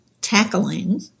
tackling